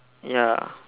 ya